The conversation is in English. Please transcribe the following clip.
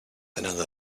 another